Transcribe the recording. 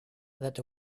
that